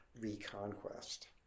reconquest